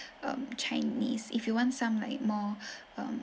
um chinese if you want some like more um